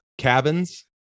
cabins